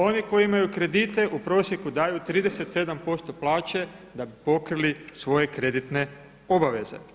Oni koji imaju kredite u prosjeku daju 37% plaće da bi pokrili svoje kreditne obaveze.